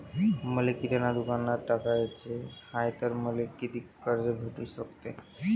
मले किराणा दुकानात टाकाचे हाय तर मले कितीक कर्ज भेटू सकते?